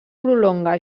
prolonga